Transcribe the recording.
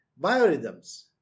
biorhythms